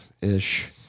ish